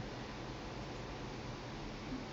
yup yup